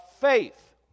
faith